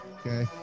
Okay